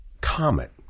comet